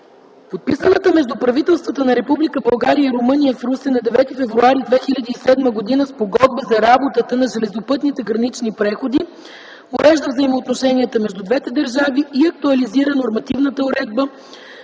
Подписаната между правителствата на Република България и Румъния в Русе на 9 февруари 2007 г. Спогодба за работата на железопътните гранични преходи урежда взаимоотношенията между двете държави и актуализира нормативната уредба